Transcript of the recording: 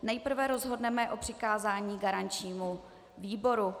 Nejprve rozhodneme o přikázání garančnímu výboru.